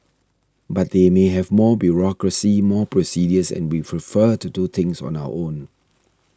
but they may have more bureaucracy more procedures and we prefer to do things on our own